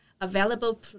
available